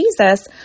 Jesus